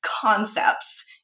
concepts